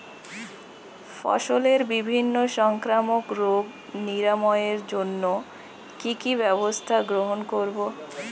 ফসলের বিভিন্ন সংক্রামক রোগ নিরাময়ের জন্য কি কি ব্যবস্থা গ্রহণ করব?